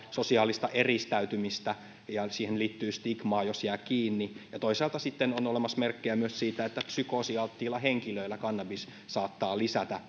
sosiaalista eristäytymistä ja siihen liittyy stigmaa jos jää kiinni toisaalta on olemassa merkkejä myös siitä että psykoosialttiilla henkilöillä kannabis saattaa lisätä